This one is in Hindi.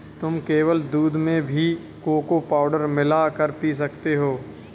तुम केवल दूध में भी कोको पाउडर मिला कर पी सकते हो